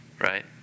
Right